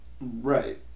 Right